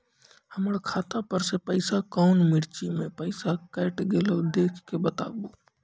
हमर खाता पर से पैसा कौन मिर्ची मे पैसा कैट गेलौ देख के बताबू?